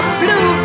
blue